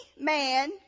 man